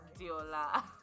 Diola